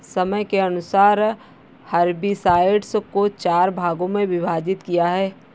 समय के अनुसार हर्बिसाइड्स को चार भागों मे विभाजित किया है